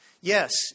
Yes